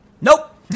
Nope